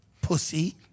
pussy